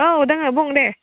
औ दङ बुं दे